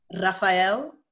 Rafael